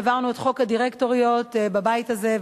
העברנו את חוק הדירקטוריות בבית הזה,